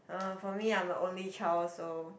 uh for me I'm only child so